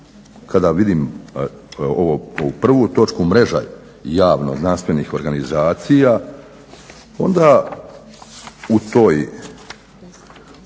kada vidim ovu prvu točku Mreža javno-znanstvenih organizacija onda u toj,